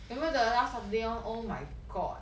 remember the last sunday one oh my god